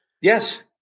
Yes